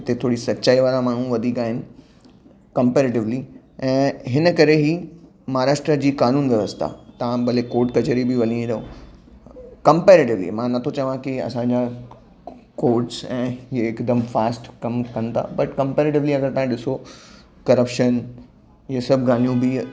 हिते थोरी सचाई वारा माण्हू वधीक आहिनि कंपेरेटिवली ऐं हिन करे ई महाराष्ट्र जी कानून व्यवस्था तव्हां भले कोट कचहरी बि वञी थो कंपेरेटिवली मां नथो चवां की असांजा कोट्स ऐं हिकदमु फास्ट कमु कनि ता बट कंपेरेटिवली अगरि तव्हां ॾिसो करप्शन इहे सभु ॻाल्हियूं बि